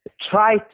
try